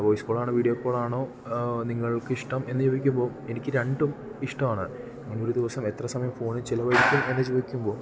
voice call ആണോ video call ആണോ നിങ്ങൾക്ക് ഇഷ്ടം എന്ന് ചോദിക്കുമ്പോൾ എനിക്ക് രണ്ടും ഇഷ്ടമാണ് നിങ്ങൾ ഒരു ദിവസം എത്ര സമയം ഫോണിൽ ചിലവഴിക്കും എന്ന് ചോദിക്കുമ്പോൾ